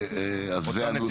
אז זה הנוסח.